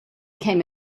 came